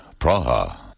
Praha